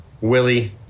Willie